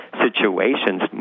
situations